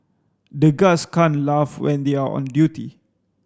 the guards can't laugh when they are on duty